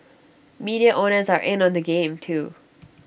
media owners are in on the game too